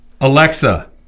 Alexa